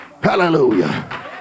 Hallelujah